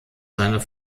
seiner